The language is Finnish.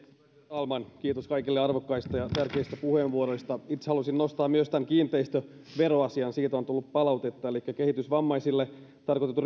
talman kiitos kaikille arvokkaista ja tärkeistä puheenvuoroista itse halusin nostaa myös tämän kiinteistöveroasian siitä on tullut palautetta elikkä kehitysvammaisille tarkoitetut